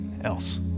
else